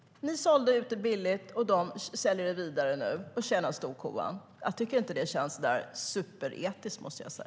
Ni sålde ut det billigt, och de säljer det nu vidare och tjänar storkovan. Jag måste säga att jag inte tycker att det känns så där superetiskt, Finn.